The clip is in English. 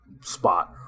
spot